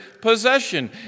possession